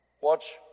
Watch